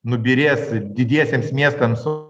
nubyrės didiesiems miestams o